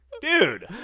dude